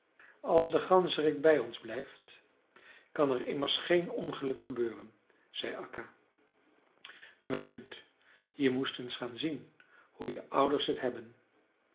als de ganzerik bij ons blijft kan er immers geen ongeluk gebeuren zei akka me dunkt je moest eens gaan zien hoe je ouders het hebben